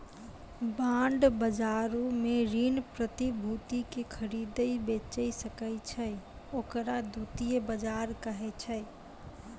bond बजारो मे ऋण प्रतिभूति के खरीदै बेचै सकै छै, ओकरा द्वितीय बजार कहै छै